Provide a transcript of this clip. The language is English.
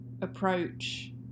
approach